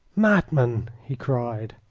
madman! he cried,